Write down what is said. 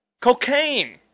Cocaine